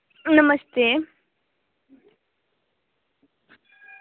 नमस्ते